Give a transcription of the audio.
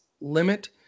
limit